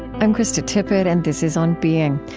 i'm krista tippett and this is on being.